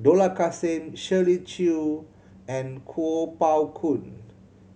Dollah Kassim Shirley Chew and Kuo Pao Kun